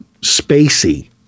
spacey